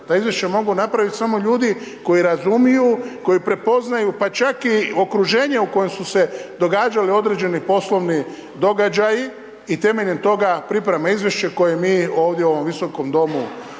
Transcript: ta izvješća mogu napraviti samo ljudi koji razumiju, koji prepoznaju, pa čak i okruženje u kojem su se događali određeni poslovni događaji i temeljem toga priprema izvješće koje mi ovdje u ovom Visokom domu imamo